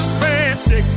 fancy